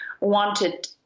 wanted